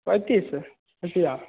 पैंतीस सौ रुपया